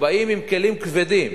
שבאים עם כלים כבדים,